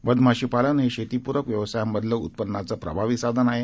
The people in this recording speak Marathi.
मधमाशी पालन हे शेती पुरक व्यवसायांमधलं उत्पन्नाचं प्रभावी साधन आहे